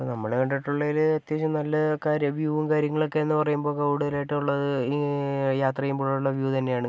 ഇപ്പോൾ നമ്മൾ കണ്ടിട്ടുള്ളതിൽ അത്യാവശ്യം നല്ല ക രി വ്യൂവും കാര്യങ്ങളൊക്കെ എന്ന് പറയുമ്പോൾ കൂടുതലായിട്ടുള്ളത് ഈ യാത്ര ചെയ്യുമ്പോഴുള്ള വ്യൂ തന്നെയാണ്